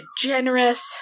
generous